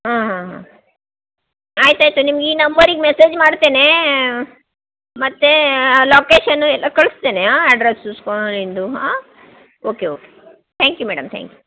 ಹಾಂ ಹಾಂ ಹಾಂ ಆಯ್ತು ಆಯ್ತು ನಿಮ್ಗೆ ಈ ನಂಬರಿಗೆ ಮೆಸೇಜ್ ಮಾಡ್ತೇನೆ ಮತ್ತೆ ಲೊಕೇಶನು ಎಲ್ಲ ಕಳಿಸ್ತೇನೆ ಹಾಂ ಅಡ್ರೆಸ್ಸು ಹಾಂ ಇದು ಹಾಂ okay okay thank you madam thank you